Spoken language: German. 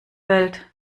welt